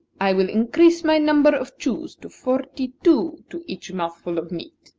i will increase my number of chews to forty-two to each mouthful of meat.